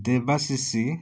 ଦେବାଶିଷି